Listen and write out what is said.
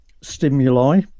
stimuli